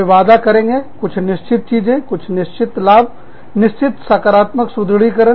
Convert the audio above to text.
उन्हें वादा करेंगे कुछ निश्चित चीजें निश्चित लाभ निश्चित सकारात्मक सुदृढ़ीकरण